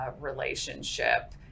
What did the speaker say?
relationship